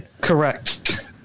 Correct